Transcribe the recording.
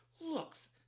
looks